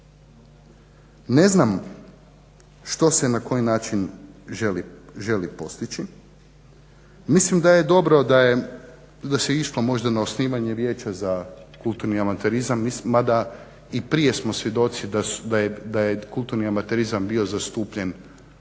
Ne znam što se na koji način želi postići. Mislim da je dobro da se išlo možda na osnivanje vijeća za kulturni amaterizam, mada i prije smo svjedoci da je kulturni amaterizam bio zastupljen